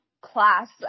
class